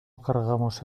cargamos